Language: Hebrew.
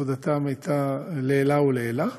עבודתם הייתה לעילא ולעילא.